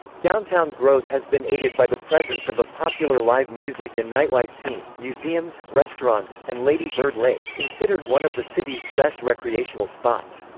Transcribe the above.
downtown growth has been aided by the presence of a popular live music and nightlife scene, museums, restaurants, and lady bird lake, considered one of the city's best recreational spots.